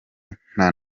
nta